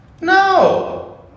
No